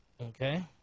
Okay